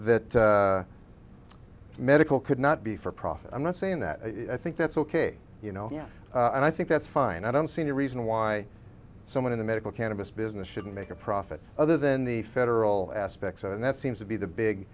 that that medical could not be for profit i'm not saying that i think that's ok you know and i think that's fine i don't see any reason why someone in the medical cannabis business shouldn't make a profit other than the federal aspects and that seems to be the big